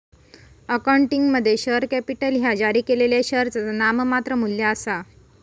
अकाउंटिंगमध्ये, share capital ह्या जारी केलेल्या शेअरचा नाममात्र मू्ल्य आसा